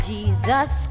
Jesus